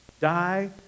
die